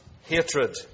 hatred